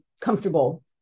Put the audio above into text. comfortable